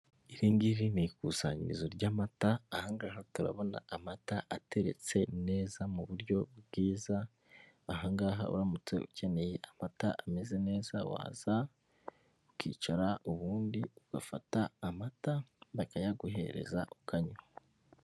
Iri ngiri ni ikusanyirizo ry'amata. Aha ngaha turabona amata ateretse neza mu buryo bwiza. Aha ngaha uramutse ukeneye amata ameze neza waza ukicara ubundi ugafata amata bakayaguhereza ukanywa.